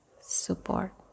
support